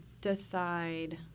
decide